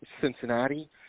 Cincinnati